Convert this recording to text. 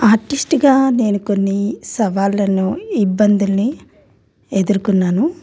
ఆర్టిస్ట్గా నేను కొన్ని సవాళ్ళను ఇబ్బందుల్ని ఎదుర్కొన్నాను